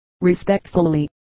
Respectfully